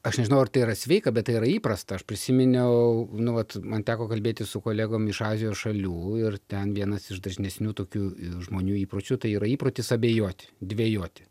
aš nežinau ar tai yra sveika bet tai yra įprasta aš prisiminiau nu vat man teko kalbėtis su kolegom iš azijos šalių ir ten vienas iš dažnesnių tokių žmonių įpročių tai yra įprotis abejoti dvejoti